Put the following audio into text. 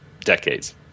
decades